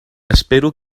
espero